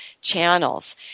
channels